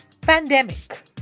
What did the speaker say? Pandemic